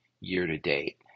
year-to-date